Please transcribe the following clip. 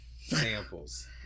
samples